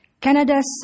Canada's